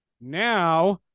Now